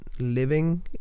living